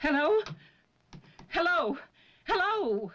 hello hello hello